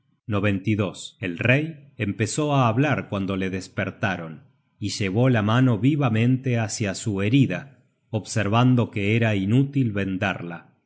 search generated at el rey empezó á hablar cuando le despertaron y llevó la mano vivamente hácia su herida observando que era inútil vendarla